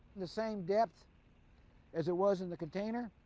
the same depth as it was in the container.